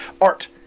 art